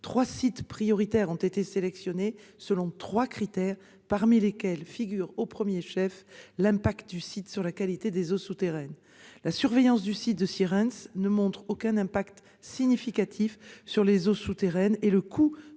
Trois sites prioritaires ont été sélectionnés selon trois critères, parmi lesquels figure, au premier chef, l'impact du site sur la qualité des eaux souterraines. Or la surveillance du site de Sierentz ne montre aucun impact significatif des déchets enfouis sur les eaux souterraines et le coût